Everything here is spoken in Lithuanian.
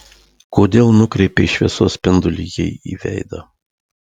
kodėl nukreipei šviesos spindulį jai į veidą